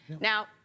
Now